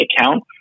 account